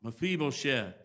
Mephibosheth